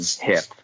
hip